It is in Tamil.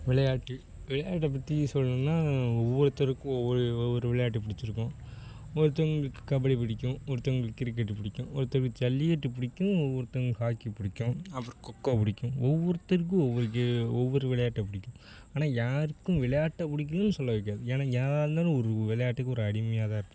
விளையாட்டு விளையாட்டை பற்றி சொல்லணும்னா ஒவ்வொருத்தருக்கு ஒவ்வொரு ஒவ்வொரு விளையாட்டுப் பிடிச்சிருக்கும் ஒருத்தவங்களுக்கு கபடி பிடிக்கும் ஒருத்தவங்களுக்கு கிரிக்கெட் பிடிக்கும் ஒருத்தவங்களுக்கு ஜல்லிகட்டு பிடிக்கும் ஒவ்வொருத்தவங்களுக்கு ஹாக்கி பிடிக்கும் அப்புறம் கொக்கோ பிடிக்கும் ஒவ்வொருத்தருக்கு ஒவ்வொரு கே ஒவ்வொரு விளையாட்டைப் பிடிக்கும் ஆனால் யாருக்கும் விளையாட்டை பிடிக்கும்னு சொல்லவைக்காது ஏன்னா யாராக இருந்தாலும் ஒரு விளையாட்டுக்கு ஒரு அடிமையாகதான் இருப்பாங்க